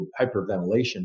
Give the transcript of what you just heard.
hyperventilation